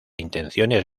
intenciones